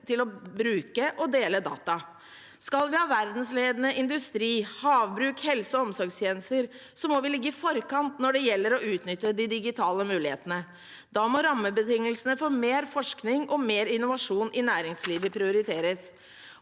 til å dele data. Skal vi ha verdensledende industri, havbruk og helse- og omsorgstjenester, må vi ligge i forkant når det gjelder å utnytte de digitale mulighetene. Da må rammebetingelsene for mer forskning og mer innovasjon i næringslivet prioriteres.